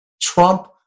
Trump